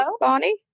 Bonnie